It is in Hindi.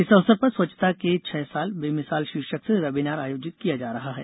इस अवसर पर स्वच्छता के छह साल बेमिसाल शीर्षक से वेबिनार आयोजित किया जा रहा है